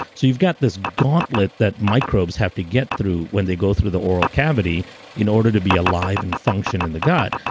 so you've got this gauntlet that microbes have to get through when they go through the oral cavity in order to be alive and function in the gut.